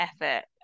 effort